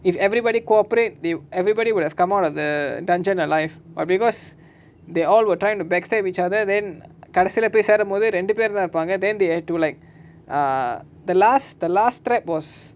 if everybody cooperate they everybody will have come out of the dungeon alive but because they all were trying to backstab each other then கடைசில போய் சேரும்போது ரெண்டுபேருதா இருப்பாங்க:kadaisila poai serumpothu renduperutha irupaanga then they have to like err the last the last trap was